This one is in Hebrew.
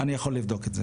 אני יכול לבדוק את זה.